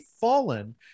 fallen